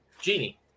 Genie